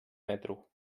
metro